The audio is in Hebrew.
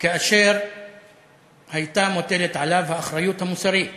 כאשר הייתה מוטלת עליו האחריות המוסרית